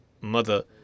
mother